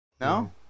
No